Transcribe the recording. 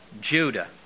Judah